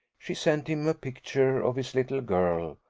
she sent him a picture of his little girl,